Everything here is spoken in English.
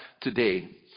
today